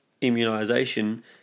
Immunization